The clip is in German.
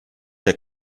der